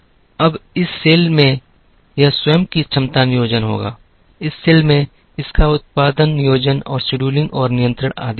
अब इस सेल में यह स्वयं की क्षमता नियोजन होगा इस सेल में इसका उत्पादन नियोजन और शेड्यूलिंग और नियंत्रण आदि होगा